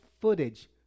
footage